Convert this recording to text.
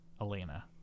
Elena